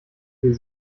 wir